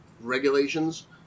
regulations